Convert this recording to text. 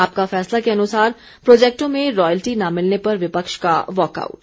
आपका फैसला के अनुसार प्रोजेक्टों में रॉयल्टी न मिलने पर विपक्ष का वॉकआउट